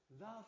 love